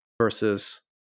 versus